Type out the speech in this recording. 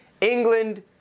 England